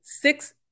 six